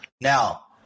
now